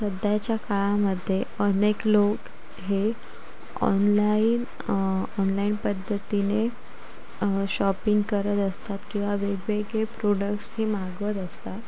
सध्याच्या काळामध्ये अनेक लोक हे ऑनलाईन ऑनलाईन पद्धतीने शॉपिंग करत असतात किंवा वेगवेगळे प्रोडक्टस हे मागवत असतात